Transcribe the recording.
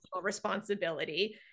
responsibility